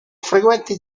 frequenti